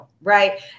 right